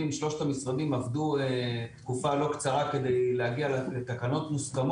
כל עוד לא תוכרז פגרה היום,